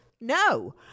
No